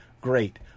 great